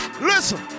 Listen